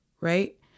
right